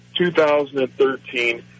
2013